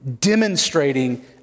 demonstrating